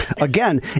again